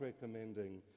recommending